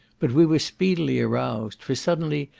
but we were speedily aroused, for suddenly,